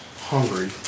hungry